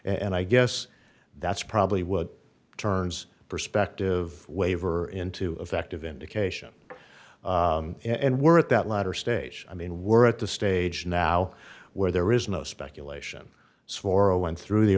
and i guess that's probably what turns perspective waiver into effect of indication and we're at that latter stage i mean we're at the stage now where there is no